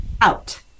out